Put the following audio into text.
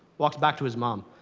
walks back to his mom.